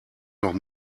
noch